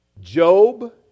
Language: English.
Job